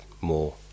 more